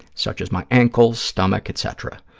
such as my ankles, stomach, etc.